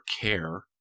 care